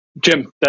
Jim